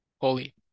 holy